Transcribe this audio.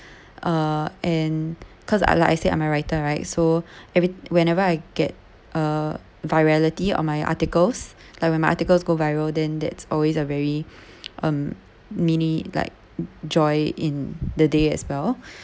uh and cause I like I said I'm a writer right so every whenever I get a virality on my articles like when my articles go viral then that's always a very um mini like joy in the day as well